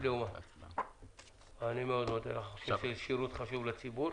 אני מאוד מודה לך, עשית שירות חשוב לציבור.